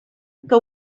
que